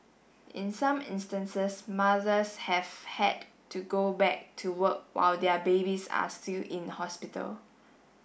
in some instances mothers have had to go back to work while their babies are still in hospital